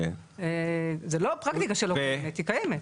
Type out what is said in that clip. זה לא פרקטיקה שלא קיימת.